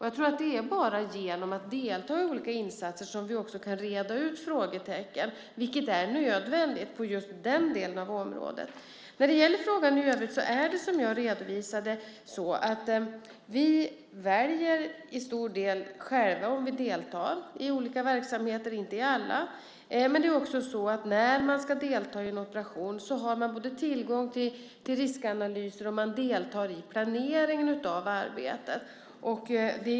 Jag tror att det bara är genom att delta i olika insatser som vi kan reda ut frågorna, vilket är nödvändigt på just den delen av området. När det gäller frågan i övrigt är det som jag redovisade så att vi till stor del väljer själva om vi deltar i olika verksamheter, inte i alla. Men när man ska delta i en operation har man tillgång till riskanalyser och deltar i planeringen av arbetet.